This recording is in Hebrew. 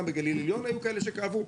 גם בגליל עליון היו כאלה שכאבו,